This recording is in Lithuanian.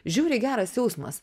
žiauriai geras jausmas